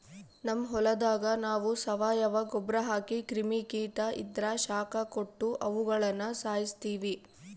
ನಮ್ ಹೊಲದಾಗ ನಾವು ಸಾವಯವ ಗೊಬ್ರ ಹಾಕಿ ಕ್ರಿಮಿ ಕೀಟ ಇದ್ರ ಶಾಖ ಕೊಟ್ಟು ಅವುಗುಳನ ಸಾಯಿಸ್ತೀವಿ